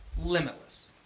Limitless